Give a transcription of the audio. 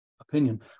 opinion